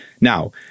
Now